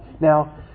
Now